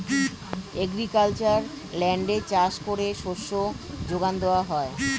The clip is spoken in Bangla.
অ্যাগ্রিকালচারাল ল্যান্ডে চাষ করে শস্য যোগান দেওয়া হয়